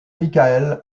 michael